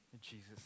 Jesus